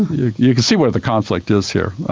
you you can see where the conflict is here.